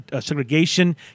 segregation